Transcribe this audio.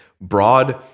broad